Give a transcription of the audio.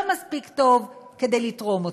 לא מספיק טוב כדי לתרום אותו.